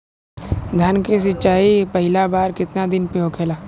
धान के सिचाई पहिला बार कितना दिन पे होखेला?